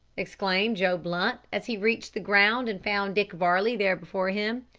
exclaimed joe blunt, as he reached the ground and found dick varley there before him.